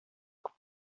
күп